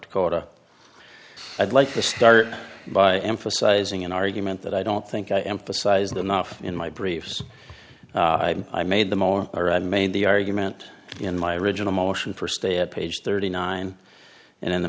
dakota i'd like to start by emphasizing an argument that i don't think i emphasized enough in my briefs and i made the more or i made the argument in my original motion for stay at page thirty nine and in the